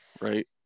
right